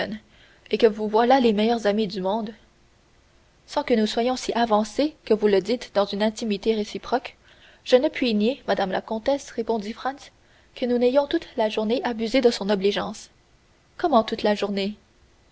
et que vous voilà les meilleurs amis du monde sans que nous soyons si avancés que vous le dites dans une intimité réciproque je ne puis nier madame la comtesse répondit franz que nous n'ayons toute la journée abusé de son obligeance comment toute la journée